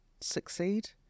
succeed